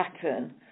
pattern